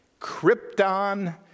Krypton